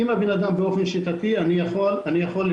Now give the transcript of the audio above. אם הבן אדם באופן שיטתי עושה זאת, אני יכול לפעול.